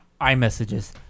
iMessages